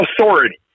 authority